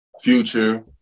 Future